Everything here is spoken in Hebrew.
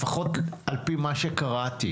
לפחות על פי מה שקראתי.